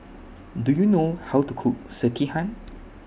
Do YOU know How to Cook Sekihan